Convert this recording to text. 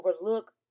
overlook